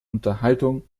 unterhaltung